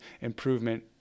improvement